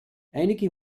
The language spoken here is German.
einige